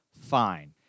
Fine